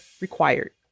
required